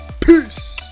Peace